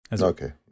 Okay